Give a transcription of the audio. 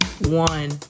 one